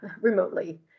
remotely